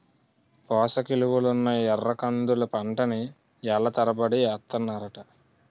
పోసకిలువలున్న ఎర్రకందుల పంటని ఏళ్ళ తరబడి ఏస్తన్నారట